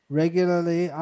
regularly